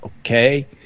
okay